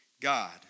God